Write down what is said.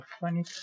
funny